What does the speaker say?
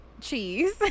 cheese